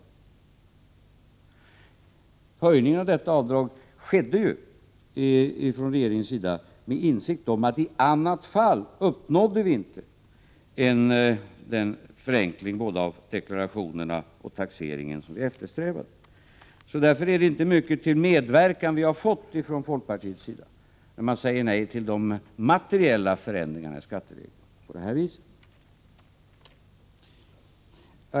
Förslaget till höjningen av detta lades fram med insikten från regeringens sida om att vi i annat fall inte skulle uppnå den förenkling både av deklarationerna och taxeringen som vi eftersträvade. Därför är det inte mycket till medverkan som vi har fått från folkpartiets sida, när ni säger nej till den materiella förändringen i skattereglerna som ni gör.